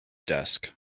desk